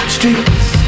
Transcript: Streets